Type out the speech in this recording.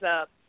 up